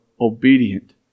obedient